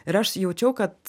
ir aš jaučiau kad